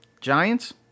Giants